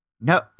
No